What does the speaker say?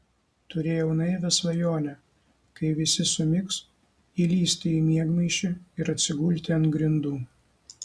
turėjau naivią svajonę kai visi sumigs įlįsti į miegmaišį ir atsigulti ant grindų